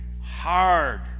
hard